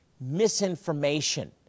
misinformation